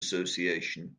association